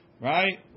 right